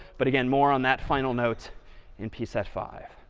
but again more on that final note in p set five.